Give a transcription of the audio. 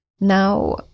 now